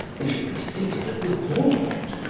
they should be seated at the board,